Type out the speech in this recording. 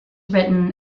written